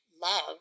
Love